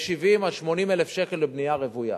ל-70,000 80,000 שקל לבנייה רוויה